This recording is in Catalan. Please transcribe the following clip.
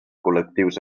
col·lectius